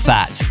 Fat